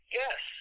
yes